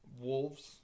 wolves